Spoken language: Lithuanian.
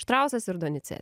štrausas ir donice